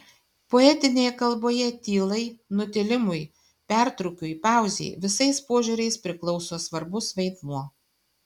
poetinėje kalboje tylai nutilimui pertrūkiui pauzei visais požiūriais priklauso svarbus vaidmuo